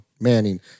Manning